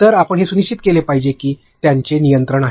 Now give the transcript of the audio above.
तर आपण हे सुनिश्चित केले पाहिजे की त्यांचे नियंत्रण आहे